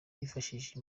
bifashishije